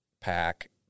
pack